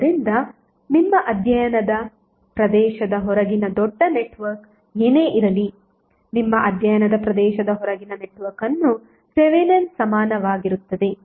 ಆದ್ದರಿಂದ ನಿಮ್ಮ ಅಧ್ಯಯನದ ಪ್ರದೇಶದ ಹೊರಗಿನ ದೊಡ್ಡ ನೆಟ್ವರ್ಕ್ ಏನೇ ಇರಲಿ ನಿಮ್ಮ ಅಧ್ಯಯನದ ಪ್ರದೇಶದ ಹೊರಗಿನ ನೆಟ್ವರ್ಕ್ ಅನ್ನು ಥೆವೆನಿನ್ ಸಮಾನವಾಗಿರುತ್ತದೆ